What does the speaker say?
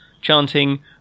chanting